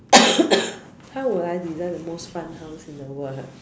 how would I design the most fun house in the world ha